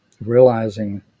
realizing